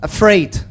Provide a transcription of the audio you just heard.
Afraid